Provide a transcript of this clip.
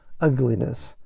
ugliness